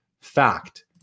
Fact